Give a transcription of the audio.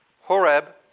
Horeb